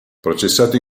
processato